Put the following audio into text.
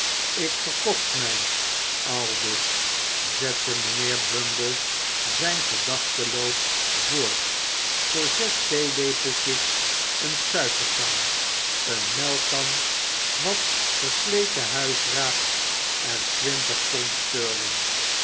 ik verkocht mij aldus zette mijnheer bumble zijn gedachtenloop voort voor zes theelepeltjes eene suikertang eene melkkan wat versleten huisraad en